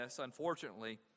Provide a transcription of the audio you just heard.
unfortunately